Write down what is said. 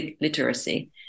literacy